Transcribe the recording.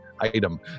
item